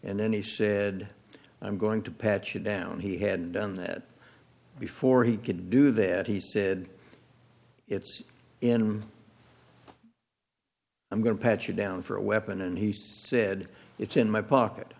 and then he said i'm going to patch it down he hadn't done that before he could do that he said it's in i'm going to pat you down for a weapon and he said it's in my pocket